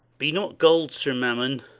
be not gull'd, sir mammon.